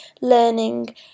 learning